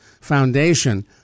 Foundation